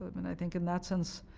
i mean i think in that sense,